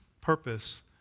purpose